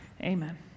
amen